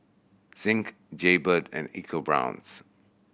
Zinc Jaybird and ecoBrown's